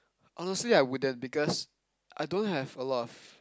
honestly I wouldn't because I don't have a lot of